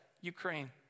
Ukraine